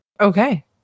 Okay